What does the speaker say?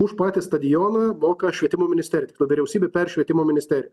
už patį stadioną moka švietimo ministerija vyriausybė per švietimo ministeriją